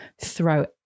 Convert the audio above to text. throw